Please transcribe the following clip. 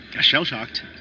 shell-shocked